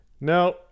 Now